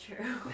true